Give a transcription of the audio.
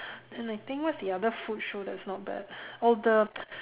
and I think what's the other food show that is not bad oh the